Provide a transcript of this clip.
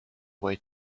way